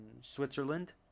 Switzerland